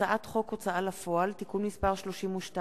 הצעת חוק ההוצאה לפועל (תיקון מס' 32)